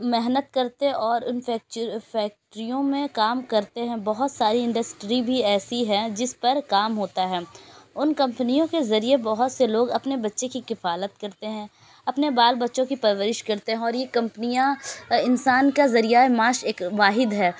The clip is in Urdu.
محنت کرتے اور اُن فیکٹریوں میں کام کرتے ہیں بہت ساری انڈسٹری بھی ایسی ہیں جس پر کام ہوتا ہے اُن کمپنیوں کے ذریعہ بہت سے لوگ اپنے بچے کی کفالت کرتے ہیں اپنے بال بچوں کی پرورش کرتے ہیں اور یہ کمپنیاں انسان کا ذریعۂ معاش ایک واحد ہے